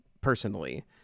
personally